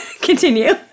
continue